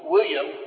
William